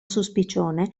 suspicione